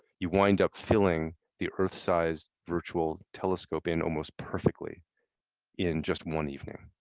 you wind up filling the earth sized virtual telescope in almost perfectly in just one evening.